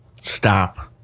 stop